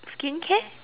skincare